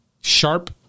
sharp